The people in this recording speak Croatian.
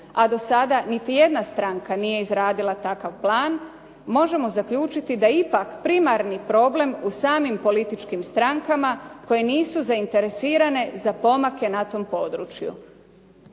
a do sada niti jedna stranka nije izradila takav plan, možemo zaključiti da ipak primarni problem u samim političkim strankama koje nisu zainteresirane za pomake na tom području.